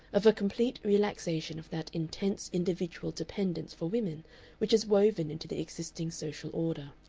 of a complete relaxation of that intense individual dependence for women which is woven into the existing social order.